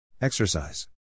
exercise